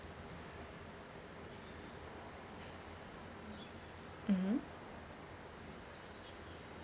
mmhmm